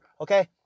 Okay